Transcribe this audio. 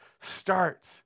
start